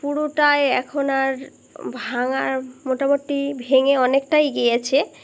পুরোটায় এখন আর ভাঙার মোটামোটি ভেঙে অনেকটাই গিয়েছে